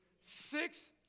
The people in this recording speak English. Six